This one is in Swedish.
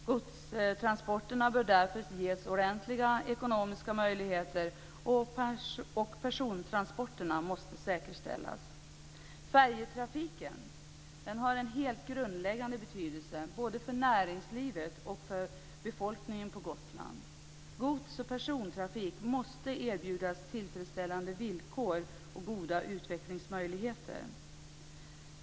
Godstransporterna bör därför ges ordentliga ekonomiska möjligheter, och persontransporterna måste säkerställas. Färjetrafiken har en helt grundläggande betydelse både för näringslivet och för befolkningen på Gotland. Gods och persontrafik måste erbjudas tillfredsställande villkor och goda utvecklingsmöjligheter.